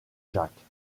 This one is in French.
jacques